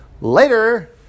Later